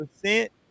percent